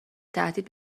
تهدید